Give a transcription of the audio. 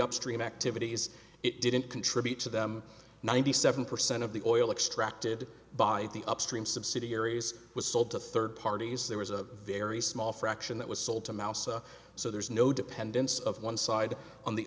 upstream activities it didn't contribute to them ninety seven percent of the oil extracted by the upstream subsidiaries was sold to third parties there was a very small fraction that was sold to mousa so there's no dependence of one side on the